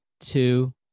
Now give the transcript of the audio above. two